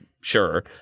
sure